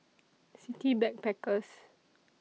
City Backpackers